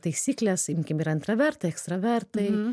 taisykles imkim yra intravertai ekstravertai